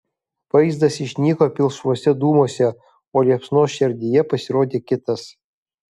vaizdas išnyko pilkšvuose dūmuose o liepsnos šerdyje pasirodė kitas